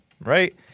right